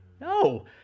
No